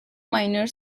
minor